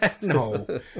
No